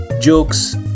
jokes